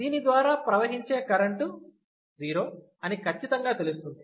దీని ద్వారా ప్రవహించే కరెంటు 0 అని ఖచ్చితంగా తెలుస్తుంది